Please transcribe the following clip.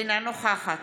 אינה נוכחת